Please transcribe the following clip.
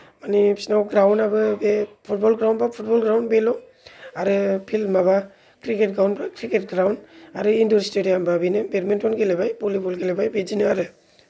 मानि बिसिनाव ग्राउन्ड आबो बे फुटबल ग्राउन्ड बा फुटबल ग्राउन्ड बेल' आरो फिल्द माबा क्रिकेट ग्राउन्डबा क्रिकेट ग्राउन्ड आरो इन्दुर स्टेदियाव बेनो बेदमिनटन गेलेबाय भलिबल गेलेबाय बेदिनो आरो